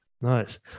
Nice